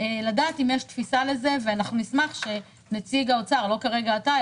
לדעת אם יש תפיסה לזה ואנחנו נשמח שנציג האוצר לא כרגע אתה,